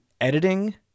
editing